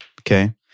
okay